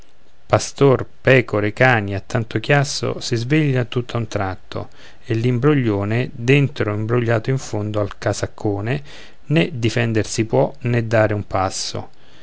pastor pecore cani a tanto chiasso si sveglian tutto a un tratto e l'imbroglione dentro imbrogliato in fondo al casaccone né difendersi può né dare un passo